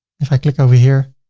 if i click over here,